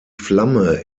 flamme